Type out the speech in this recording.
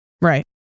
Right